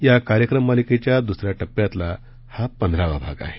या कार्यक्रम मालिकेच्या दुसऱ्या टप्प्यातला हा पंधरावा भाग आहे